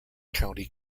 county